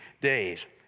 days